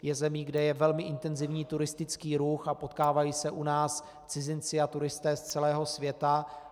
Je zemí, kde je velmi intenzivní turistický ruch, a potkávají se u nás cizinci a turisté z celého světa.